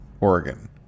Oregon